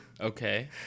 Okay